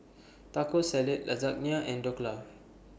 Taco Salad Lasagna and Dhokla